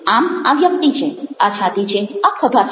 આમ આ વ્યક્તિ છે આ છાતી છે આ ખભા છે